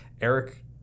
Eric